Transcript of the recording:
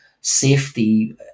safety